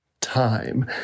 time